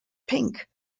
pink